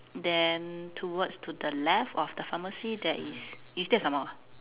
then towards to the left of the pharmacy there is you still have some more ah